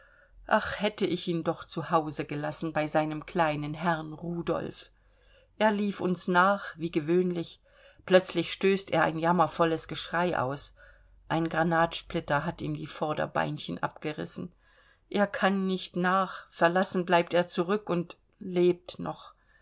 ach hätte ich ihn doch zu hause gelassen bei seinem kleinen herrn rudolf er lief uns nach wie gewöhnlich plötzlich stößt er ein jammervolles geschrei aus ein granatsplitter hat ihm die vorderbeinchen abgerissen er kann nicht nach verlassen bleibt er zurück und lebt noch